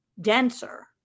denser